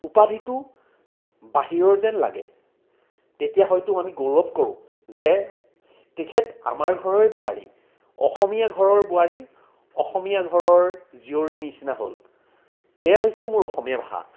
উপাধিটো বাহিৰৰ যেন লাগে তেতিয়া হয়তো আমি গৌৰৱ কৰোঁ যে তেখেত আমাৰ ঘৰৰে বোৱাৰী অসমীয়া ঘৰৰ বোৱাৰী অসমীয়া ঘৰৰ জীয়ৰী নিচিনা হ'ল সেয়া হৈছে মোৰ অসমীয়া ভাষা